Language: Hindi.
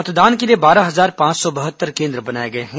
मतदान के लिए बारह हजार पांच सौ बहत्तर केन्द्र बनाए गए हैं